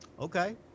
Okay